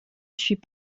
suis